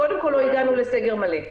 קודם כול לא הגענו לסגר מלא.